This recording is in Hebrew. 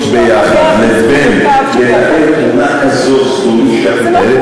אבל בין להיות ביחד לבין לתאר תמונה כזאת זדונית שאת מתארת,